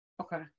okay